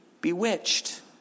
bewitched